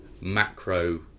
macro